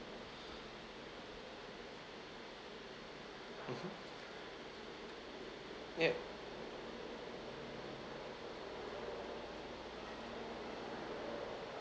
mmhmm ya